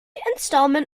installment